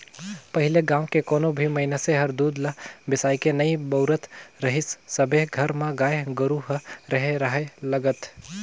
पहिले गाँव के कोनो भी मइनसे हर दूद ल बेसायके नइ बउरत रहीस सबे घर म गाय गोरु ह रेहे राहय लगत